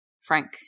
frank